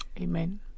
Amen